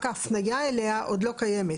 רק ההפניה אליה עוד לא קיימת.